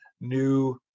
new